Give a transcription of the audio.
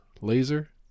laser